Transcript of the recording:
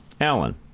Alan